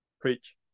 Preach